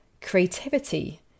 creativity